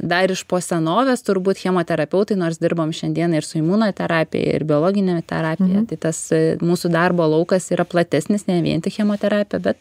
dar iš po senovės turbūt chemoterapeutai nors dirbam šiandieną ir su imunoterapija ir biologine terapija tai tas mūsų darbo laukas yra platesnis ne vien tik chemoterapija bet